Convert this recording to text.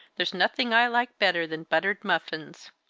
there's nothing i like better than buttered muffins.